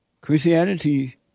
Christianity